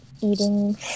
eating